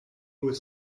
was